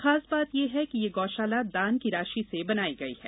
खास बात ये है कि यह गौशाला दान की राशि से बनाई गई है